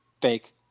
Fake